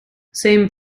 same